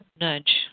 nudge